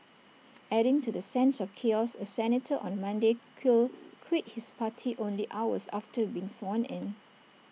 adding to the sense of chaos A senator on Monday quit his party only hours after being sworn in